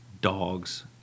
dogs